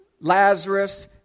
Lazarus